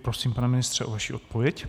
Prosím, pane ministře, o vaši odpověď.